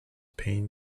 pain